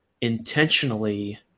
intentionally